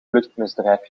vluchtmisdrijf